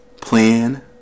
Plan